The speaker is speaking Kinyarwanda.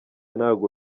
ntabwo